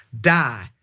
die